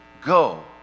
go